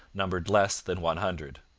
numbered less than one hundred.